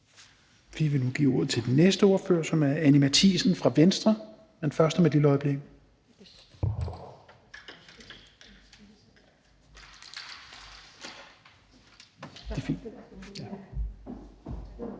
Vi vil nu give ordet til den næste ordfører, som er Anni Matthiesen fra Venstre. Men først om et lille øjeblik. Værsgo.